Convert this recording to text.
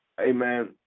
amen